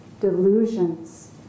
delusions